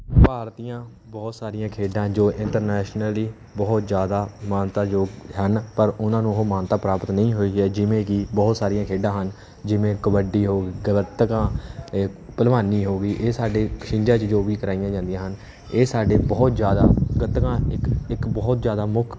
ਭਾਰਤ ਦੀਆਂ ਬਹੁਤ ਸਾਰੀਆਂ ਖੇਡਾਂ ਜੋ ਇੰਤਰਨੈਸ਼ਨਲੀ ਬਹੁਤ ਜ਼ਿਆਦਾ ਮਾਨਤਾਯੋਗ ਹਨ ਪਰ ਉਹਨਾਂ ਨੂੰ ਉਹ ਮਾਨਤਾ ਪ੍ਰਾਪਤ ਨਹੀਂ ਹੋਈ ਹੈ ਜਿਵੇਂ ਕਿ ਬਹੁਤ ਸਾਰੀਆਂ ਖੇਡਾਂ ਹਨ ਜਿਵੇਂ ਕਬੱਡੀ ਹੋ ਗਈ ਗੱਤਕਾਂ ਇਹ ਭਲਵਾਨੀ ਹੋ ਗਈ ਇਹ ਸਾਡੇ ਛਿੰਝਾਂ 'ਚ ਜੋ ਵੀ ਕਰਵਾਈਆਂ ਜਾਂਦੀਆਂ ਹਨ ਇਹ ਸਾਡੇ ਬਹੁਤ ਜ਼ਿਆਦਾ ਗੱਤਕਾਂ ਇੱਕ ਇੱਕ ਬਹੁਤ ਜ਼ਿਆਦਾ ਮੁੱਖ